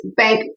bank